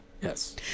Yes